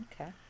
Okay